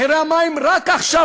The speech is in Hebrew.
מחירי המים רק עכשיו,